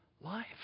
life